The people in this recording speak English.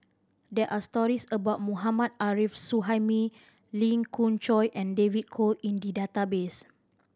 there are stories about Mohammad Arif Suhaimi Lee Khoon Choy and David Kwo in the database